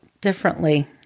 differently